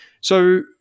So-